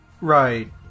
right